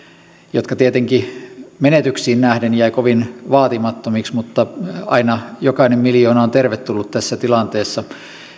jotka tietenkin menetyksiin nähden jäivät kovin vaatimattomiksi mutta aina jokainen miljoona on tervetullut tässä tilanteessa